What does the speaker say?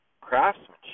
craftsmanship